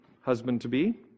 husband-to-be